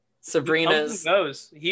Sabrina's